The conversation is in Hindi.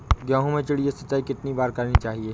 गेहूँ में चिड़िया सिंचाई कितनी बार करनी चाहिए?